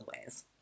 ways